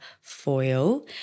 Foil